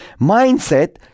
Mindset